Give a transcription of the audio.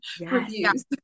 reviews